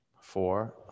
four